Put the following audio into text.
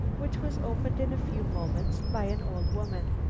which was opened in a few moments by an old woman.